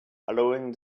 allowing